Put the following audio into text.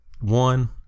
one